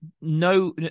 no